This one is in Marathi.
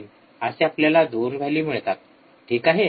३ असे आपल्याला २ व्हॅल्यू मिळतात ठीक आहे